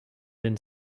been